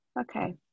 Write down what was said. Okay